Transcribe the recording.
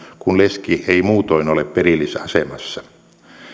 kun leski ei muutoin ole perillisasemassa